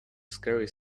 scary